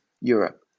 Europe